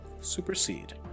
Supersede